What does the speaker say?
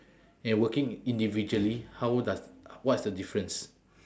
and working individually how does what's the difference